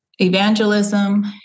evangelism